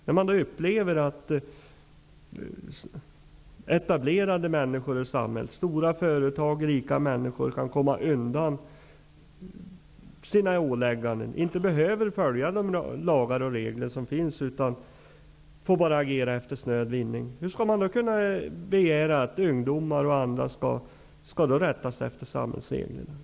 När man upplever att etablerade och rika människor och stora företag i samhället kan komma undan sina ålägganden, inte behöver följa de lagar och regler som finns, och att de får agera efter snöd vinning, hur skall man då kunna begära att ungdomar och andra skall rätta sig efter samhällsreglerna?